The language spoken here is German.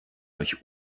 euch